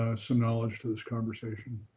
ah some knowledge to this conversation.